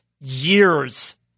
years